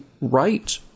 right